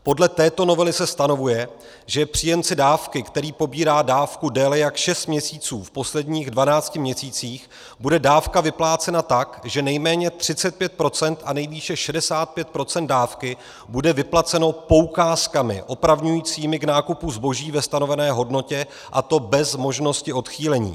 Podle této novely se stanovuje, že příjemce dávky, který pobírá dávku déle jak šest měsíců v posledních 12 měsících, bude dávka vyplácena tak, že nejméně 35 % a nejvýše 65 % dávky bude vyplaceno poukázkami opravňujícími k nákupu zboží ve stanovené hodnotě, a to bez možnosti odchýlení.